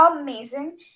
amazing